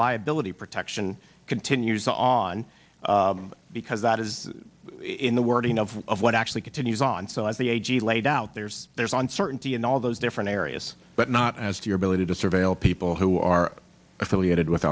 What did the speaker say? liability protection continues on because that is in the wording of of what actually continues on so as the a g laid out there's there's uncertainty in all those different areas but not as to your ability to surveil people who are affiliated with